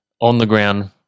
on-the-ground